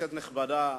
כנסת נכבדה,